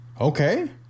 Okay